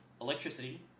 electricity